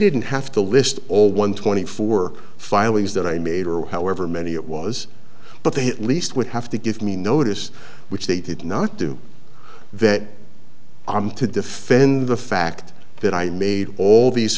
didn't have to list all one twenty four filings that i made or however many it was but they at least would have to give me notice which they did not do that i'm to defend the fact that i made all these